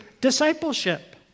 discipleship